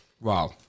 Wow